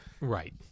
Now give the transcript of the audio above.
Right